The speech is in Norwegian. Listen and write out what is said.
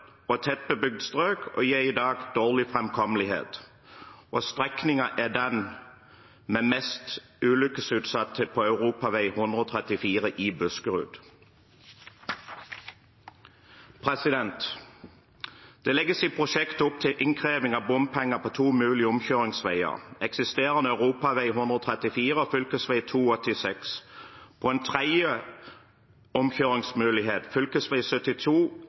strøk og gir i dag dårlig framkommelighet. Strekningen er den mest ulykkesutsatte på E134 i Buskerud. Det legges i prosjektet opp til innkreving av bompenger på to mulige omkjøringsveier, eksisterende E134 og fv. 287. På en tredje omkjøringsmulighet, fv. 72,